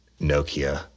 Nokia